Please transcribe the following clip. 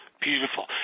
Beautiful